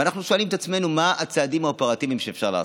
ואנחנו שואלים את עצמנו מה הצעדים האופרטיביים שאפשר לעשות,